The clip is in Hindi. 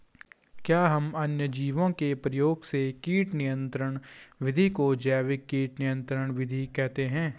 क्या हम अन्य जीवों के प्रयोग से कीट नियंत्रिण विधि को जैविक कीट नियंत्रण कहते हैं?